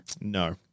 No